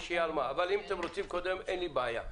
אם אתם רוצים לדבר קודם, אין בעיה.